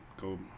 go